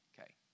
Okay